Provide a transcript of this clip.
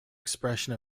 expression